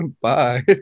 bye